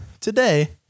today